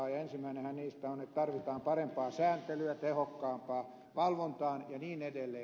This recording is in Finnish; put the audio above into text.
ensimmäinenhän niistä on että tarvitaan parempaa sääntelyä tehokkaampaa valvontaa ja niin edelleen